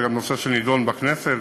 זה גם נושא שנדון בכנסת,